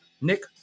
Nick